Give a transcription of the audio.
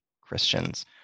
Christians